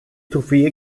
trophäe